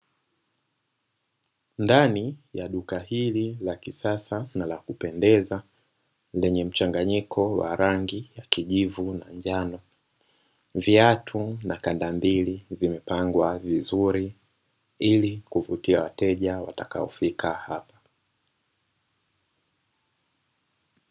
Ndani ya duka hili la kisasa na la kupendeza lenye mchanganyiko wa rangi ya kijivu na njano, viatu na kandambili vimepangwa vizuri ili kuvutia wateja watakaofika hapo.